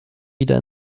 wieder